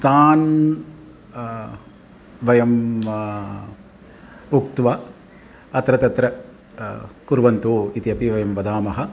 तान् वयम् उक्त्वा अत्र तत्र कुर्वन्तु इति अपि वयं वदामः